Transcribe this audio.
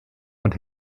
und